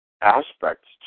aspects